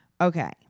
okay